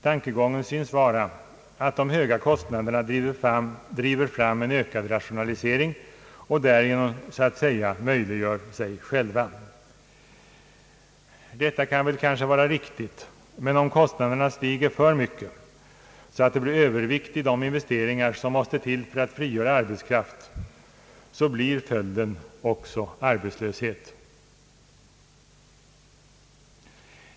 Tankegången synes vara att de höga kostnaderna driver fram ökad rationalisering och därigenom så att säga möjliggör sig själva. Detta är väl riktigt, men om kostnaderna stiger för mycket så blir det övervikt i de investeringar som måste till för att frigöra arbetskraft, och följden blir arbetslöshet.